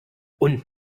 und